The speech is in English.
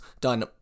done